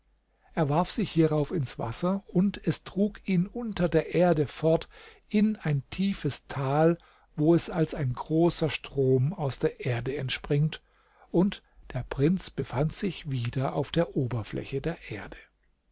er warf sich hierauf ins wasser und es trug ihn unter der erde fort in ein tiefes tal wo es als ein großer strom aus der erde entspringt und der prinz befand sich wieder auf der oberfläche der erde